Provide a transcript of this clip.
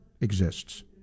exists